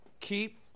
Keep